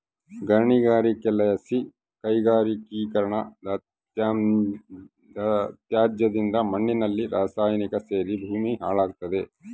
ಗಣಿಗಾರಿಕೆಲಾಸಿ ಕೈಗಾರಿಕೀಕರಣದತ್ಯಾಜ್ಯದಿಂದ ಮಣ್ಣಿನಲ್ಲಿ ರಾಸಾಯನಿಕ ಸೇರಿ ಭೂಮಿ ಹಾಳಾಗ್ತಾದ